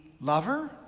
lover